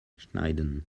schneiden